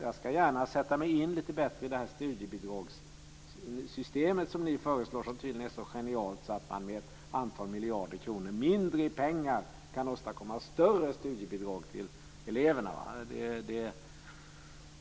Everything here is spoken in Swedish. Jag ska gärna sätta mig in lite bättre i det studiebidragssystem som ni föreslår som tydligen är så genialt så att man med ett antal miljarder kronor mindre i pengar kan åstadkomma större studiebidrag till eleverna.